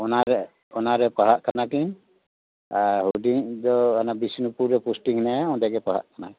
ᱚᱱᱟ ᱨᱮ ᱚᱱᱟ ᱨᱮ ᱯᱟᱲᱦᱟᱜ ᱠᱟᱱᱟ ᱠᱤᱱ ᱟᱨ ᱦᱩᱰᱤᱧᱤᱡ ᱫᱚ ᱵᱤᱥᱱᱩᱯᱩᱨᱮ ᱯᱳᱥᱴᱤᱝ ᱦᱮᱱᱟᱭᱟ ᱚᱸᱰᱮ ᱜᱮ ᱯᱟᱲᱦᱟᱜ ᱠᱟᱱᱟ